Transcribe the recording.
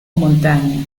montaña